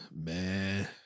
Man